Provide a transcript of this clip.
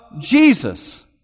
Jesus